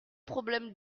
problème